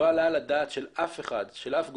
לא עלה על הדעת של אף אחד, של אף גורם,